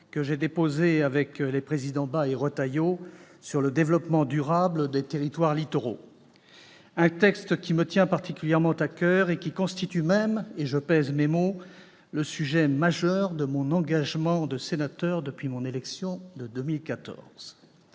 que j'ai déposée, avec les présidents Bas et Retailleau, sur le développement durable des territoires littoraux, un texte qui me tient particulièrement à coeur et qui constitue même- je pèse mes mots -le sujet majeur de mon engagement de sénateur depuis mon élection, en 2014.